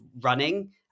running